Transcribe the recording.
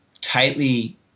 tightly